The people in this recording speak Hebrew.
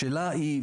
השאלה היא,